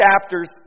chapters